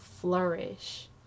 flourish